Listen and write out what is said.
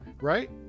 right